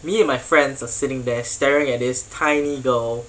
me and my friends are sitting there staring at this tiny girl